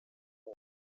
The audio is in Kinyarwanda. uwo